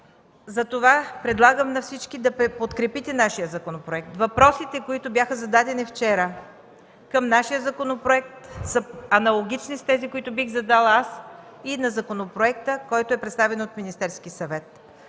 Затова предлагам на всички да подкрепите нашия законопроект. Въпросите, които бяха зададени вчера към нашия законопроект, са аналогични с тези, които бих задала аз и на законопроекта, представен от Министерския съвет.